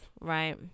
right